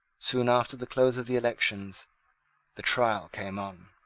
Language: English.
soon after the close of the elections the trial came on.